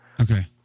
Okay